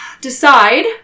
decide